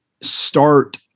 start